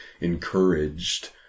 encouraged